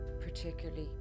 particularly